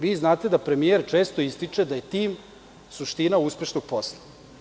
Vi znate da premijer često ističe da je tim suština uspešnog posla.